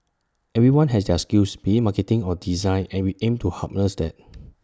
everyone has their skills be IT marketing or design and we aim to harness that